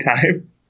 time